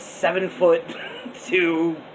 seven-foot-two